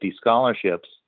scholarships